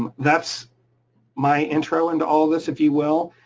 um that's my intro into all of this, if you will,